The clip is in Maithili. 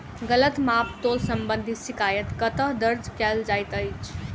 गलत माप तोल संबंधी शिकायत कतह दर्ज कैल जाइत अछि?